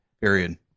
period